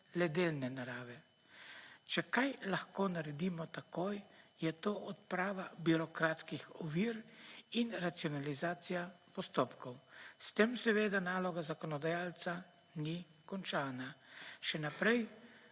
le delne narave. Če kaj lahko naredimo takoj, je to odprava birokratskih ovir in racionalizacija postopkov. S tem seveda naloga zakonodajalca ni končana. Še naprej